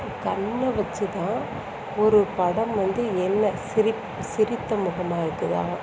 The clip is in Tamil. கண்ணை வச்சுதான் ஒரு படம் வந்து என்ன சிரித்த முகமாயிருக்குதா